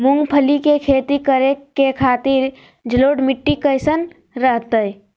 मूंगफली के खेती करें के खातिर जलोढ़ मिट्टी कईसन रहतय?